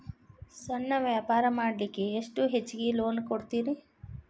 ಸಣ್ಣ ವ್ಯಾಪಾರ ಮಾಡ್ಲಿಕ್ಕೆ ಎಷ್ಟು ಹೆಚ್ಚಿಗಿ ಲೋನ್ ಕೊಡುತ್ತೇರಿ?